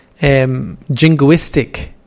jingoistic